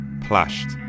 plashed